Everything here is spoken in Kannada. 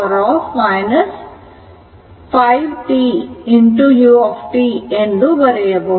5t u ಈ ರೀತಿಯಾಗಿ ಬರೆಯಬಹುದು